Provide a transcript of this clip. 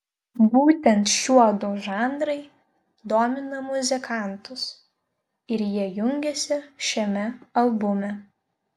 būtent šiuodu žanrai domina muzikantus ir jie jungiasi šiame albume